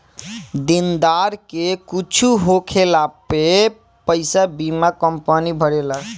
देनदार के कुछु होखला पे पईसा बीमा कंपनी भरेला